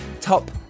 top